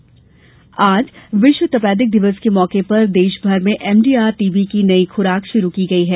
TB खुराक आज विश्व तपैदिक दिवस के मौके पर देश में एमडीआर टीबी की नई खुराक शुरू की गयी है